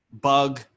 bug